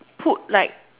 put like